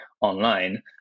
online